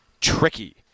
tricky